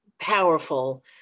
powerful